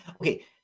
Okay